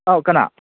ꯑꯧ ꯀꯅꯥ